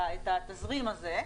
את התזרים הזה,